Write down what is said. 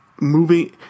moving